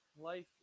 life